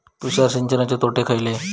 तुषार सिंचनाचे तोटे खयले?